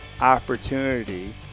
opportunity